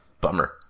Bummer